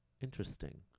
interesting